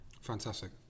fantastic